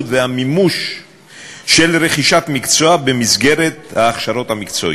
והמימוש של רכישת מקצוע במסגרת ההכשרות המקצועיות.